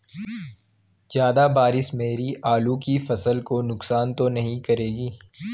ज़्यादा बारिश मेरी आलू की फसल को नुकसान तो नहीं करेगी?